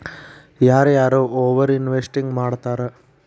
ಯಾರ ಯಾರ over investing ಮಾಡ್ತಾರಾ